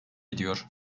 ediyor